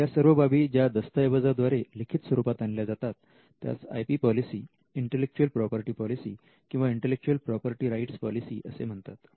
या सर्व बाबी ज्या दस्तऐवजाद्वारे लिखित स्वरूपात आणल्या जातात त्यास I P policy intellectual property policy किंवा इंटलेक्च्युअल प्रोपर्टी राइट्स पोलिसी असे म्हणतात